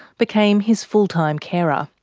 became his full-time carer.